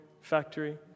factory